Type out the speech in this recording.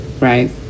right